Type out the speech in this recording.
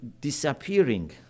disappearing